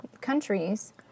countries